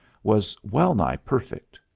was well-nigh perfect.